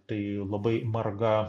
tai labai marga